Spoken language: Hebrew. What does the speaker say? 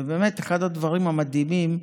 ובאמת אחד הדברים המדהימים,